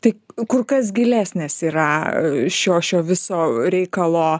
tai kur kas gilesnės yra šio šio viso reikalo